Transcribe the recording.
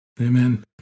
Amen